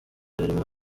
arimo